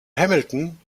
hamilton